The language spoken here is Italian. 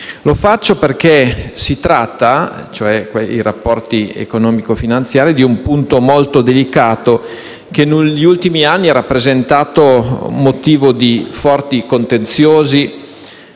Lo faccio perché i rapporti economico-finanziari costituiscono un punto molto delicato, che negli ultimi anni ha rappresentato motivo di forti contenziosi